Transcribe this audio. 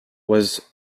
was